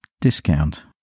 discount